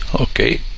Okay